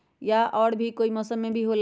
या और भी कोई मौसम मे भी होला?